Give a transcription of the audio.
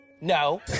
No